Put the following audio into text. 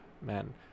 Man